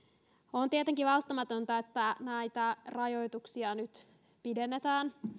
on tietenkin välttämätöntä että näitä rajoituksia nyt pidennetään